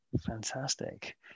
Fantastic